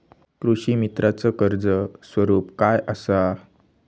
कृषीमित्राच कर्ज स्वरूप काय असा?